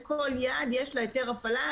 לכל יעד יש לה היתר הפעלה,